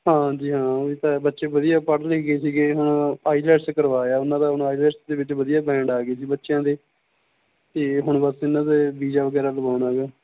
ਹਾਂਜੀ ਜੀ ਹਾਂ ਓਹੀ ਤਾਂ ਹੈ ਬੱਚੇ ਵਧੀਆ ਪੜ੍ਹ ਲਿਖ ਗਏ ਸੀਗੇ ਹੁਣ ਆਈਲੈਟਸ ਕਰਵਾਇਆ ਉਹਨਾਂ ਦਾ ਹੁਣ ਆਈਲੈਟਸ ਦੇ ਵਿੱਚ ਵਧੀਆ ਬੈਂਡ ਆ ਗਏ ਜੀ ਬੱਚਿਆਂ ਦੇ ਅਤੇ ਹੁਣ ਬਸ ਇਹਨਾਂ ਦੇ ਵੀਜ਼ਾ ਵਗੈਰਾ ਲਵਾਉਣਾ ਗਾ